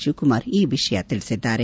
ಶಿವಕುಮಾರ್ ಈ ವಿಷಯ ತಿಳಿಸಿದ್ದಾರೆ